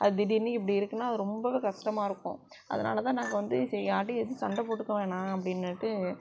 அது திடீர்னு இப்படி இருக்குனால் அது ரொம்பவே கஷ்டமா இருக்கும் அதனாலதான் நாங்கள் வந்து சரி யார்ட்டேயும் எதும் சண்டை போட்டுக்க வேணாம் அப்படின்னுட்டு